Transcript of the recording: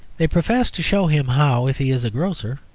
they profess to show him how, if he is a grocer,